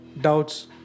doubts